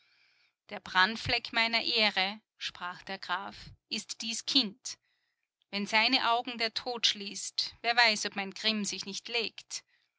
der brandfleck meiner ehre sprach der graf ist dies kind wenn seine augen der tod schließt wer weiß ob mein grimm sich nicht legt